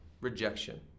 rejection